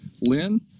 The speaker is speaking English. Lynn